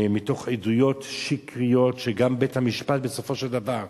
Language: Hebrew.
מתוך עדויות שקריות, שגם בית-המשפט, בסופו של דבר,